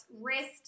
wrist